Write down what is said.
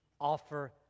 offer